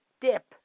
dip